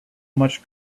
much